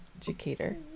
educator